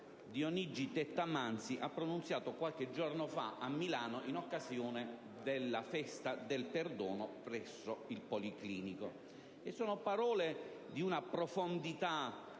Dionigi Tettamanzi ha pronunciato qualche giorno fa a Milano in occasione della festa del perdono presso il Policlinico; sono parole di una profondità